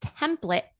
template